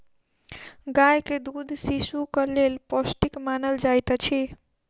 गाय के दूध शिशुक लेल पौष्टिक मानल जाइत अछि